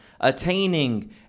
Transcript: Attaining